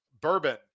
Bourbon